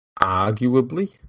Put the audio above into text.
Arguably